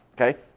okay